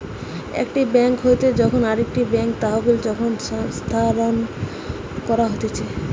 একটি বেঙ্ক হইতে যখন আরেকটি বেঙ্কে তহবিল যখন স্থানান্তর করা হতিছে